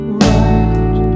right